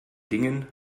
dingen